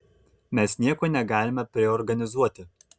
mes nieko negalime priorganizuoti